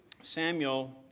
Samuel